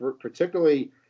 particularly